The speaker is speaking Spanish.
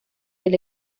del